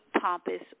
pompous